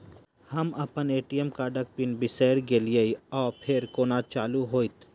हम अप्पन ए.टी.एम कार्डक पिन बिसैर गेलियै ओ फेर कोना चालु होइत?